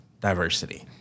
diversity